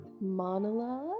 monologue